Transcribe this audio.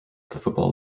football